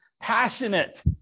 passionate